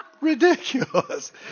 Ridiculous